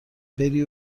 بری